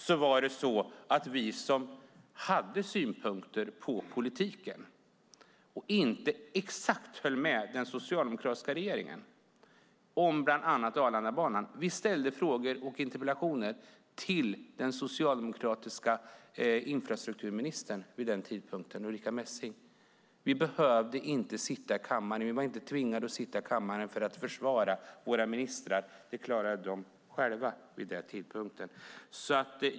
Då var det så att vi som hade synpunkter på politiken och inte exakt höll med den socialdemokratiska regeringen om bland annat Arlandabanan ställde frågor och interpellationer den socialdemokratiska infrastrukturministern vid den tidpunkten, Ulrica Messing. Vi var inte tvingade att sitta i kammaren för att försvara det som våra ministrar sade. Det klarade de själva vid den tidpunkten.